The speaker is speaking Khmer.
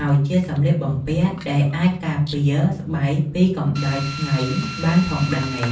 ហើយជាសម្លៀកបំពាក់ដែលអាចការពារស្បែកពីកម្ដៅថ្ងៃបានផងដែរ។